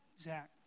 Zach